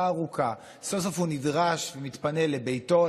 ארוכה וסוף-סוף הוא נדרש ומתפנה לביתו,